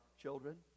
children